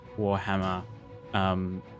warhammer